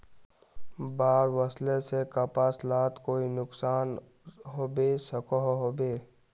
बाढ़ वस्ले से कपास लात कोई नुकसान होबे सकोहो होबे?